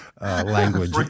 language